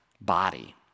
body